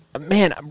Man